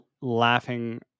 laughing